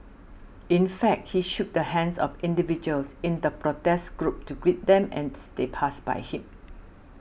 in fact he shook the hands of individuals in the protest group to greet them as they passed by him